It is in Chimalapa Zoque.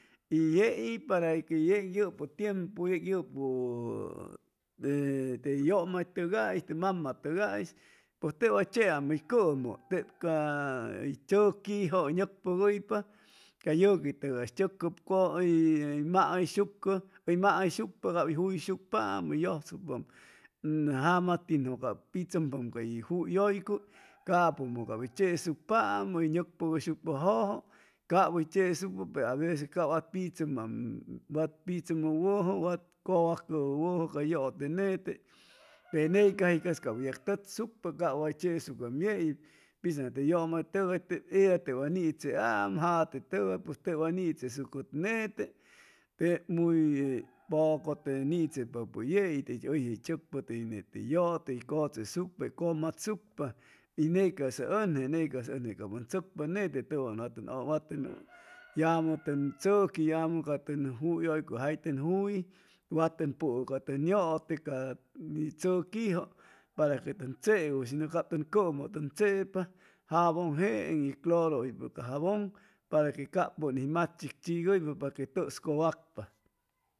Y yei para que yei yʉpʉ tiempu yʉpʉ te yʉmaytʉgais te mamatʉgais pʉj te way cheam tey cʉmʉ cay tzʉquijʉ hʉy nʉcpʉgʉypa ca yʉquitʉgay hʉy chʉcʉp cosa y hʉy mahʉyshucʉ hʉy mahʉyshucpa cap hʉy juyshucpaam hʉy yʉsucpaam jamintinjʉ cap pichʉmpaam cay juyʉycuy capʉmʉ cap hʉy chesucpaam hʉy nʉcpʉgʉyshucpa jʉjʉ cap hʉy chesucpa pe aveces cap wa pichʉmaam wat pichʉmʉ wʉjʉ wat cʉwacʉ wʉjʉ ca yʉte nete pe ney caji cas cap hʉy yagtʉchsucpa cap way chesucaam yei pitzaŋ te yʉmaytʉgay tep ella te wa nicheaam jate tʉgay pues te wa nichesucʉ nete tep muy poco te nichepapʉ yei tey hʉyje hʉy chʉcpa tey yʉte hʉy cʉchesucpa hʉy cʉmatzucpa y ney ca'sa ʉnje ney ca'sa ʉnje cap ʉn chʉcpa nete tʉwan wa tʉn wa tʉn yamʉ tʉn tzʉqui yamʉ ca tʉn juyʉycuy jay tʉn julli wa tʉn pʉʉ ca tʉn yʉte ca tzʉquijʉ para que tʉn chewʉ shinʉ cap tʉn cʉmʉ tʉn chepa jabon jeeŋ y cloro hʉypa ca jabon para que cap pʉn'is hʉy magchichigʉypa para que tʉs cʉwacpa